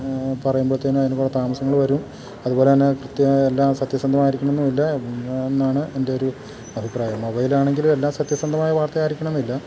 പറയുമ്പോൾ തന്നെ അതിന് കുറെ താമസങ്ങള് വരും അതുപോലെ തന്നെ കൃത്യമായ എല്ലാ സത്യസന്ധമായിരിക്കണം എന്നും ഇല്ല എന്നാണ് എൻ്റെ ഒരു അഭിപ്രായം മൊബൈലാണെങ്കിലും എല്ലാം സത്യസന്ധമായ വാർത്തയായിരിക്കണം എന്നില്ല